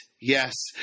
Yes